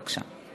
בבקשה.